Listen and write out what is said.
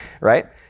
right